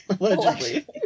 allegedly